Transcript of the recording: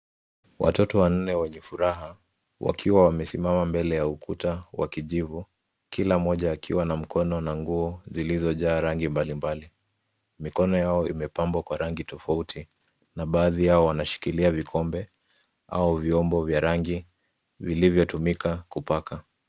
Watoto wanne wenye furaha, wakiwa wamesimama mbele ya ukuta wa kijivu, kila mmoja akiwa na mkono na nguo zilizojaa rangi mbalimbali. Mikono yao imepambwa kwa rangi tofauti, na baadhi yao wanashikilia vikombe au vyombo vya rangi vilivyotumika ku.